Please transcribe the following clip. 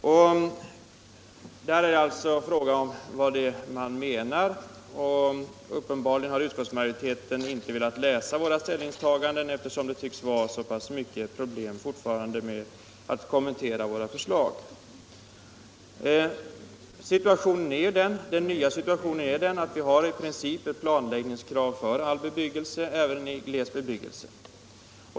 Där är det alltså fråga om vad man menar, och uppenbarligen har utskottsmajoriteten inte velat sätta sig in i våra ställningstaganden, eftersom det fortfarande tycks vara så många problem förenade med att kommentera våra förslag. Den nya situationen är ju den att vi har i princip ett planläggningskrav för all bebyggelse, även gles bebyggelse.